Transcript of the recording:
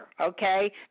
okay